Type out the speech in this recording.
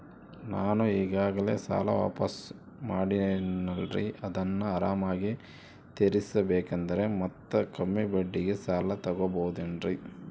ನಾನು ಈಗಾಗಲೇ ಸಾಲ ವಾಪಾಸ್ಸು ಮಾಡಿನಲ್ರಿ ಅದನ್ನು ಆರಾಮಾಗಿ ತೇರಿಸಬೇಕಂದರೆ ಮತ್ತ ಕಮ್ಮಿ ಬಡ್ಡಿಗೆ ಸಾಲ ತಗೋಬಹುದೇನ್ರಿ?